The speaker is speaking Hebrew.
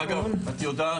עכשיו תביני, אגב את יודעת,